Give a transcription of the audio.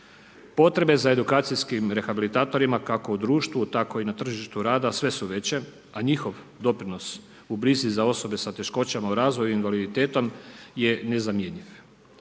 Potrebe za edukacijskim rehabilitatorima kako u društvu tako i na tržištu rada sve su veće a njihov doprinos u brizi za osobe sa teškoćama u razvoju i invaliditetom je nezamjenjiv.